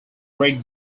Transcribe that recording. great